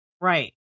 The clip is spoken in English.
Right